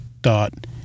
dot